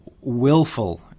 willful